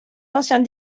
anciens